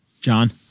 John